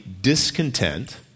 discontent